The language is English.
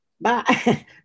Bye